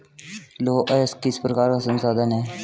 लौह अयस्क किस प्रकार का संसाधन है?